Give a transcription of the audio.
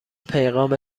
پیغام